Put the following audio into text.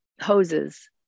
hoses